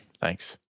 Thanks